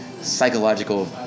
psychological